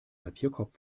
papierkorb